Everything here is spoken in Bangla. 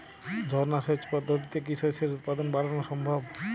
ঝর্না সেচ পদ্ধতিতে কি শস্যের উৎপাদন বাড়ানো সম্ভব?